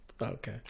Okay